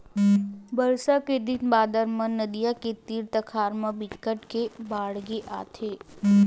बरसा के दिन बादर म नदियां के तीर तखार मन म बिकट के बाड़गे आथे